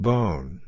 Bone